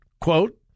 quote